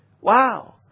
Wow